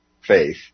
faith